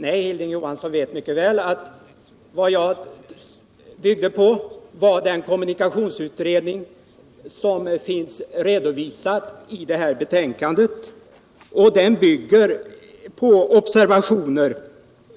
Nej, Hilding Johansson vet mycket väl att vad jag byggde på var den kommunikationsutredning som finns redovisad i betänkandet. Den är baserad på observationer av